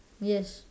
yes